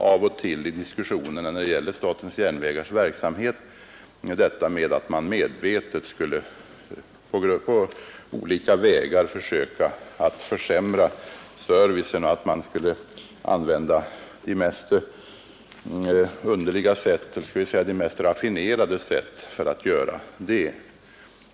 Av och till i diskussionerna när det gäller statens järnvägars verksamhet återkommer detta påstående om att man på olika vägar medvetet skulle försöka försämra servicen och att man skulle använda de mest underliga och raffinerade sätt för att göra det.